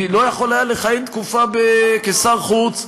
ולא יכול היה לכהן תקופה כשר חוץ,